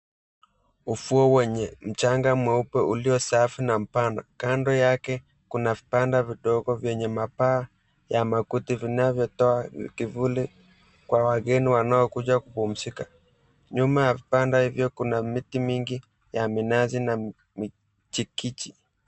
Ufuo wenye mchanga mweupe ulio safi na mpana. Kando yake kuna vibanda vidogo vyenye mapaa ya makuti vinavyotoa kivuli kwa wageni wanaokuja kupumzika. Nyuma ya vibanda hivyo kuna miti mingi ya minazi na michikichi.